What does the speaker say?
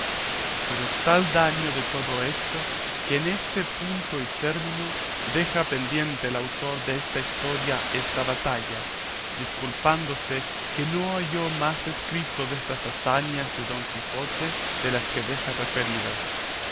pero está el daño de todo esto que en este punto y término deja pendiente el autor desta historia esta batalla disculpándose que no halló más escrito destas hazañas de don quijote de las que deja referidas